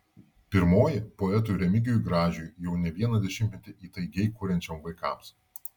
pirmoji poetui remigijui gražiui jau ne vieną dešimtmetį įtaigiai kuriančiam vaikams